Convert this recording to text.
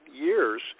years